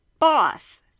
boss